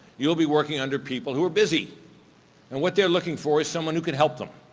you'll be working under people who are busy and what they're looking for is someone who can help them,